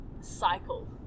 cycle